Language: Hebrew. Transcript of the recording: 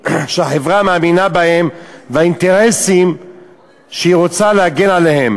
שהחברה מאמינה בהם והאינטרסים שהיא רוצה להגן עליהם.